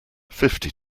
fifty